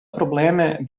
probleme